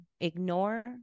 ignore